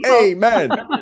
Amen